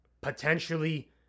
potentially